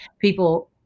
people